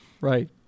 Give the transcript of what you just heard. right